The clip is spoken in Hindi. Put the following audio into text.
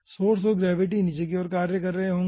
सोर्स और ग्रेविटी नीचे की ओर कार्य करेंगे